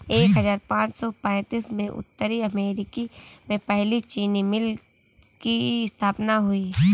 एक हजार पाँच सौ पैतीस में उत्तरी अमेरिकी में पहली चीनी मिल की स्थापना हुई